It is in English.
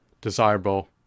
desirable